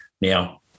Now